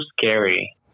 scary